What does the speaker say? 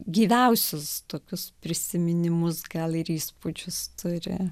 gyviausius tokius prisiminimus gal ir įspūdžius turi